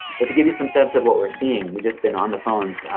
but to give you some sense of what we're seeing, we've just been on the phones,